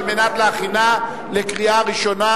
על מנת להכינה לקריאה ראשונה.